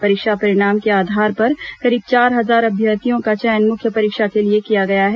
परीक्षा परिणाम के आधार पर करीब चार हजार अभ्यर्थियों का चयन मुख्य परीक्षा के लिए किया गया है